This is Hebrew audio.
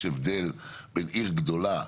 יש הבדל בין עיר גדולה.